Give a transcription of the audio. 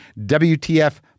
WTF+